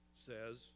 says